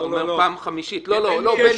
אני אומר פעם חמישית -- לא, לא, לא.